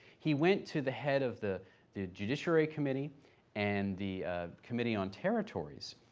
he went to the head of the the judiciary committee and the committee on territories,